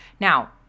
Now